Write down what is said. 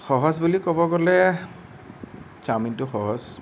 সহজ বুলি ক'ব গ'লে চাওমিনটো সহজ